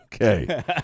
Okay